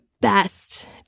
best